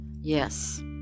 yes